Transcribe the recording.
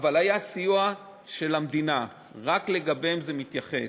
אבל היה סיוע של המדינה, רק לגביהם זה מתייחס.